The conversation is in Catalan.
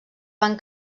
van